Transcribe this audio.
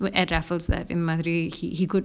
what at fuels that in மாறி:mari he he could